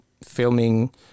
filming